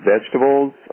vegetables